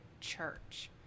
church